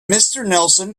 nelson